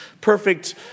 perfect